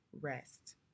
rest